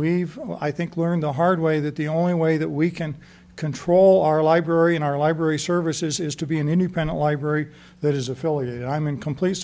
we've i think learned the hard way that the only way that we can control our library and our library services is to be an independent library that is affiliated and i'm in complete